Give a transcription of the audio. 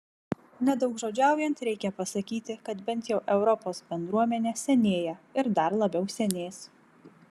nedaugžodžiaujant reikia pasakyti kad bent jau europos bendruomenė senėja ir dar labiau senės